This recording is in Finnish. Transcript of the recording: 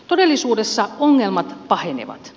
todellisuudessa ongelmat pahenevat